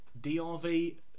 DRV